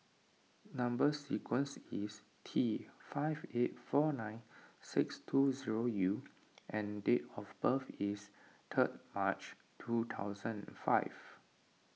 Number Sequence is T five eight four nine six two zero U and date of birth is third March two thousand five